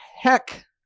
heck